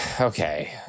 Okay